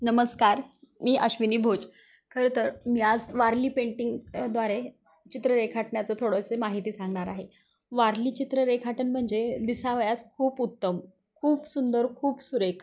नमस्कार मी अश्विनी भोज खरे तर मी आज वारली पेंटिंगद्वारे चित्र रेखाटण्याचं थोडंसे माहिती सांगणार आहे वारली चित्र रेखाटन म्हणजे दिसावयास खूप उत्तम खूप सुंदर खूप सुरेख